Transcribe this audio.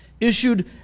issued